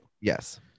yes